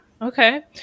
Okay